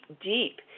deep